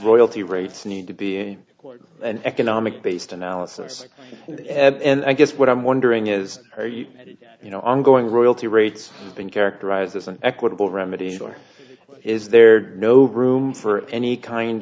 royalty rates need to be an economic based analysis and i guess what i'm wondering is you know i'm going royalty rates been characterized as an equitable remedy or is there no room for any kind